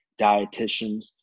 dietitians